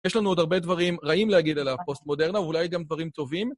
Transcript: יש לנו עוד הרבה דברים רעים להגיד על הפוסט מודרנה, ואולי גם דברים טובים.